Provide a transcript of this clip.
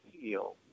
feel